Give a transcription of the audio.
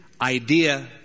idea